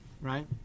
right